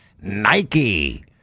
Nike